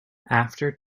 after